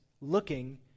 looking